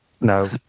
No